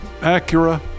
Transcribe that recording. Acura